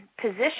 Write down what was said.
position